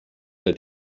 der